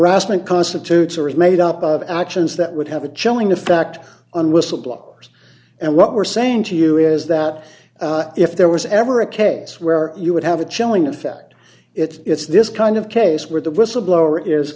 harassment constitutes or is made up of actions that would have a chilling effect on whistleblowers and what we're saying to you is that if there was ever a case where you would have a chilling effect it's this kind of case where the whistleblower is